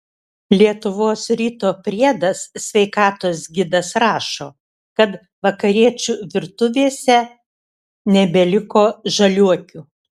lietuvos ryto priedas sveikatos gidas rašo kad vakariečių virtuvėse nebeliko žaliuokių